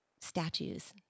statues